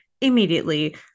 immediately